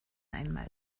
einmal